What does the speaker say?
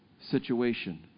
situation